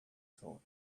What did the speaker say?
thought